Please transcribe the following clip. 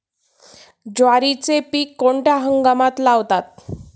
ज्वारीचे पीक कोणत्या हंगामात लावतात?